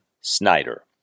Snyder